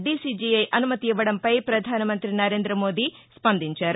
DCGI అనుమతి ఇవ్వడంపై ప్రధానమంత్రి నరేంద్ర మోదీ స్పందించారు